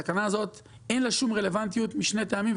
התקנה הזאת אין לה שום רלוונטיות משני טעמים.